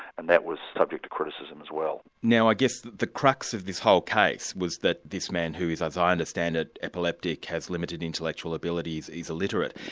and that was subject to criticism as well. now i guess the crux of this whole case was that this man who is, as i understand it, epileptic, has limited intellectual ability, is is illiterate.